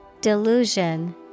Delusion